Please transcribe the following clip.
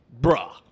Bruh